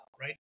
right